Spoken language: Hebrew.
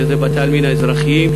שזה בתי-העלמין האזרחיים,